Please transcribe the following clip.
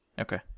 Okay